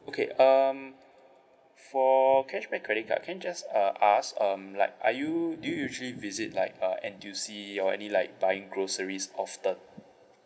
okay um for cashback credit card can I just uh ask um like are you do you usually visit like uh N_T_U_C or any like buying groceries often